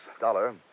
Dollar